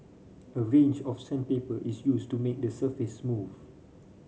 a range of sandpaper is used to make the surface smooth